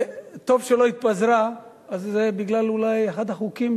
טוב שלא התפזרה, אז זה אולי בגלל אחד החוקים,